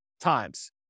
times